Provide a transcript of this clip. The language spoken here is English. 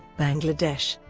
bangladesh